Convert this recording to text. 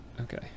okay